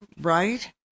Right